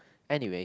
anyway